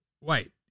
wait